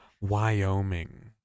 wyoming